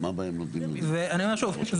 ואני אומר שוב,